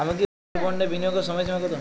Gold বন্ডে বিনিয়োগের সময়সীমা কতো?